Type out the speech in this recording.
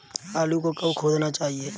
आलू को कब खोदना चाहिए?